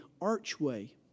archway